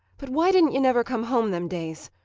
but why didn't you never come home them days?